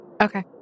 Okay